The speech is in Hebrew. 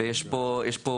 יש פה מגמה.